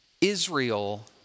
Israel